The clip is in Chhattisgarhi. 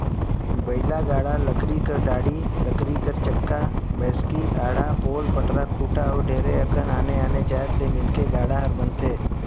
बइला गाड़ा लकरी कर डाड़ी, लकरी कर चक्का, बैसकी, आड़ा, पोल, पटरा, खूटा अउ ढेरे अकन आने आने जाएत ले मिलके गाड़ा हर बनथे